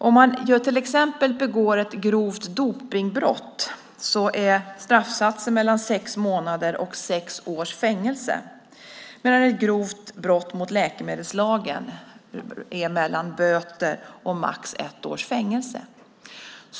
Om man till exempel begår ett grovt dopningsbrott är straffsatsen mellan sex månaders och sex års fängelse medan den för ett grovt brott mot läkemedelslagen är mellan böter och max ett års fängelse.